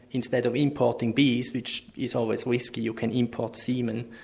instead of importing bees which is always risky, you can import semen.